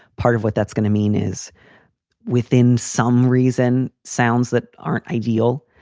part of what that's going to mean is within some reason sounds that aren't ideal.